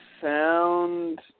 sound